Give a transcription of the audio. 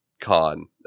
con